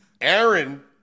Aaron